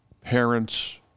parents